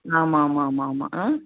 ஆமாம் ஆமாம் ஆமாம் ஆமாம் ஆ